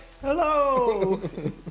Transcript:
Hello